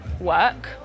work